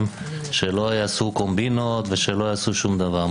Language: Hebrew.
שלא יעשו קומבינות ושלא יעשו שום דבר.